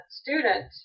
student